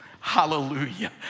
hallelujah